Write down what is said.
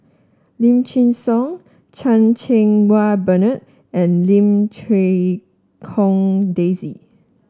Lim Chin Siong Chan Cheng Wah Bernard and Lim Quee Hong Daisy